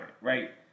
right